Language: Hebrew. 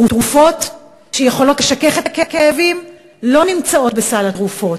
תרופות שיכולות לשכך את הכאבים לא נמצאות בסל התרופות,